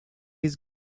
his